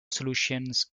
solutions